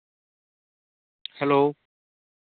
hello